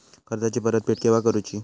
कर्जाची परत फेड केव्हा करुची?